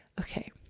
okay